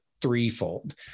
threefold